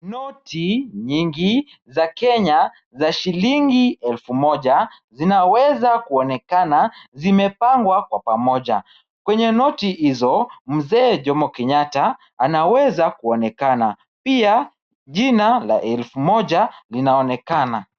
Noti nyingi za Kenya za shilingi elfu moja, zinaweza kuonekana zimepangwa kwa pamoja. Kwenye noti hizo mzee Jomo Kenyatta anaweza kuonekana. Pia jina la elfu moja linaonekana.